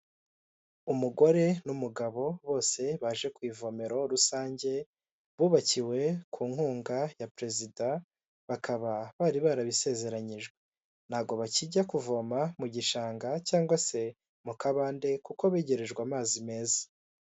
Umugore n'umugabo bose baje ku ivomero rusange, bubakiwe ku nkunga ya perezida, bakaba bari barabisezeranyijwe, ntago bakijya kuvoma mu gishanga cyangwa se mu kabande kuko begerejwe amazi meza.